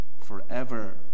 forever